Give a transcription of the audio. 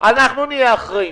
הלאה.